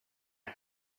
det